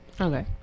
Okay